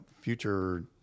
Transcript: future